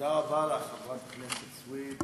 תודה רבה לך, חברת הכנסת סויד.